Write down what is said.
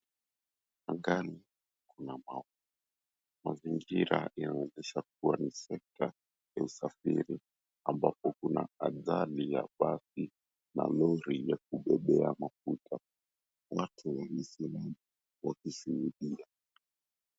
Angani kuna mawingu. Mazingira yanaweza kuwa ni sekta ya usafiri, ambapo kuna ajali ya gari na lori ya kubebea mafuta. Watu wamesimama wakishuhudia.